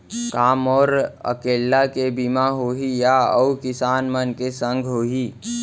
का मोर अकेल्ला के बीमा होही या अऊ किसान मन के संग होही?